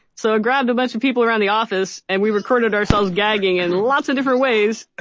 so i grabbed a bunch of people around the office, and we recorded ourselves gagging in lots of different ways.